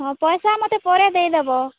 ହଁ ପଏସା ମତେ ପରେ ଦେଇଦେବ